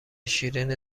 شیرین